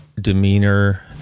demeanor